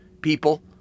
people